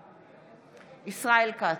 בעד ישראל כץ,